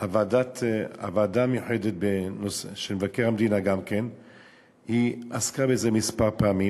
והוועדה המיוחדת של מבקר המדינה גם כן עסקה בזה כמה פעמים,